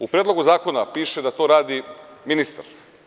U Predlogu zakona piše da to radi ministar.